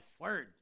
Word